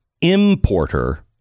importer